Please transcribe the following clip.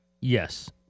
Yes